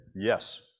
yes